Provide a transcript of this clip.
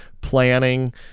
planning